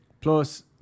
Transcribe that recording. Plus